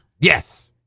Yes